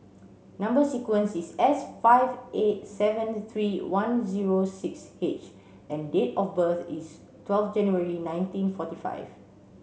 number sequence is S five eight seven three one zero six H and date of birth is twelve January nineteen forty five